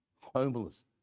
Homeless